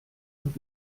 und